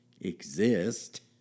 exist